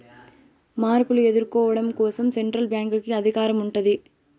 మార్పులు ఎదుర్కోవడం కోసం సెంట్రల్ బ్యాంక్ కి అధికారం ఉంటాది